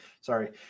sorry